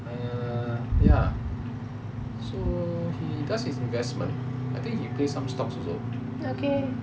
err ya so he does his investment I think he play some stocks also